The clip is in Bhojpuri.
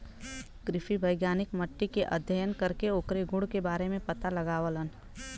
कृषि वैज्ञानिक मट्टी के अध्ययन करके ओकरे गुण के बारे में पता लगावलन